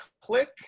click